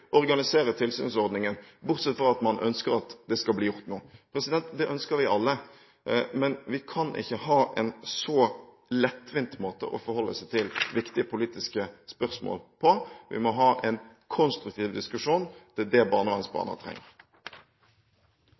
organisere tilsynsordningen, bortsett fra at man ønsker at det skal bli gjort noe. Det ønsker vi alle. Men vi kan ikke ha en så lettvint måte å forholde oss til viktige politiske spørsmål på. Vi må ha en konstruktiv diskusjon. Det er det barnevernsbarna trenger.